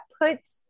puts